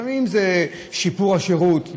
לפעמים זה שיפור השירות,